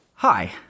Hi